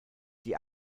die